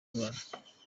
ndwara